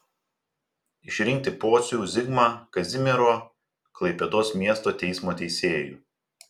išrinkti pocių zigmą kazimiero klaipėdos miesto teismo teisėju